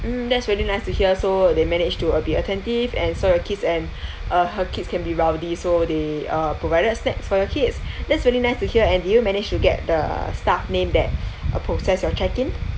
mm that's very nice to hear so they manage to uh be attentive and saw your kids and uh kids can be rowdy so they uh provided snacks for your kids that's very nice to hear and did you manage to get the staff name that uh processed your check-in